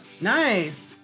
Nice